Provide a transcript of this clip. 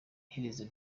iherezo